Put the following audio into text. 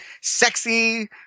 sexy